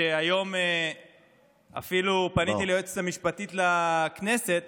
היום אפילו פניתי ליועצת המשפטית לכנסת